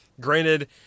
Granted